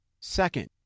Second